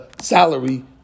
salary